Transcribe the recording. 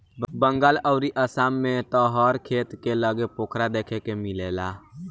बंगाल अउरी आसाम में त हर खेत के लगे पोखरा देखे के मिलेला